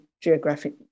Geographic